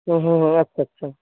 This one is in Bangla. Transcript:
হুম হুম হুম আচ্ছা আচ্ছা